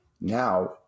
Now